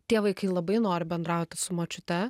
tie vaikai labai nori bendrauti su močiute